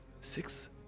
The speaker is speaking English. Six